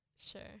Sure